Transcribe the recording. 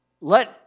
Let